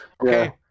okay